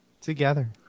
Together